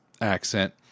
accent